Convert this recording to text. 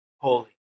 holy